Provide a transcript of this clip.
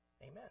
Amen